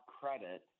Credit